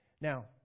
Now